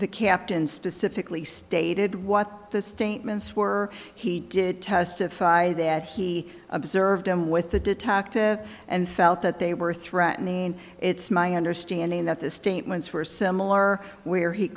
the captain specifically stated what the statements were he did testify that he observed them with the detective and felt that they were threatening and it's my understanding that the statements were similar where he